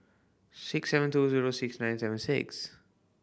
six seven two zero six nine seven six